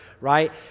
right